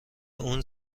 اون